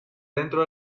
dentro